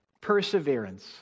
Perseverance